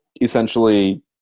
essentially